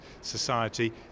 society